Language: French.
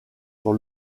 sur